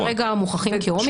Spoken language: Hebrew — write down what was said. שהם כרגע מוכחים כאומיקרון.